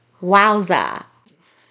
Wowza